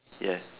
ya